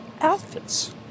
outfits